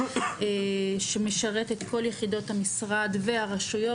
שמשרת את כל יחידות המשרד והרשויות,